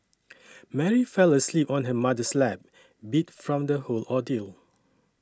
Mary fell asleep on her mother's lap beat from the whole ordeal